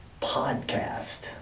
podcast